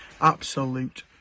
absolute